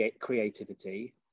creativity